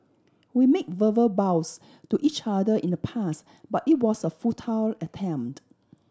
we made verbal vows to each other in the past but it was a futile attempt